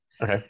Okay